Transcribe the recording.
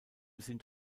sind